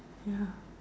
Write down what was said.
ya